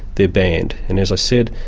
they're banned. and as i said,